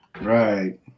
Right